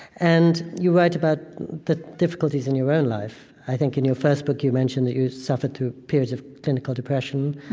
and you write about the difficulties in your own life. i think in your first book, you mention that you suffered through periods of clinical depression,